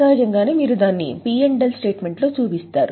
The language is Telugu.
సహజంగానే మీరు దీన్ని పి ఎల్ లో కూడా చూపిస్తారు